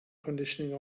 conditioning